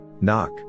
Knock